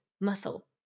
muscle